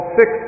six